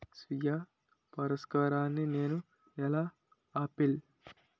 స్వీయ పరాగసంపర్కాన్ని నేను ఎలా ఆపిల్?